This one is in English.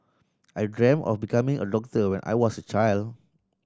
I dreamt of becoming a doctor when I was a child